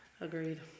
Agreed